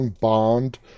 bond